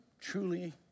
truly